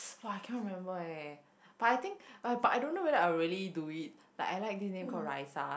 !wah! I cannot remember eh but I think but I don't know whether I will really do it like I like this name call Raisa